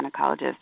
gynecologist